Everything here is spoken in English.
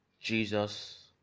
Jesus